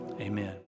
amen